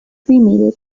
cremated